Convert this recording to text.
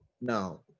No